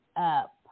Up